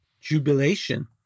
jubilation